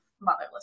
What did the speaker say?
motherless